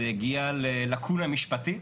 זה הגיע ללקונה משפטית.